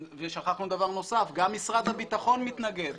ושכחנו דבר נוסף, גם משרד הביטחון מתנגד.